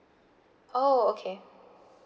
oh okay